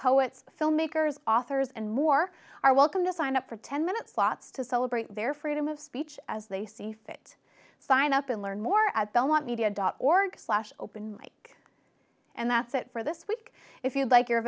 poets filmmakers authors and more are welcome to sign up for ten minutes slots to celebrate their freedom of speech as they see fit sign up and learn more at belmont media dot org slash open mike and that's it for this week if you'd like your